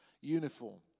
uniform